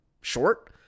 short